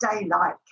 daylight